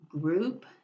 group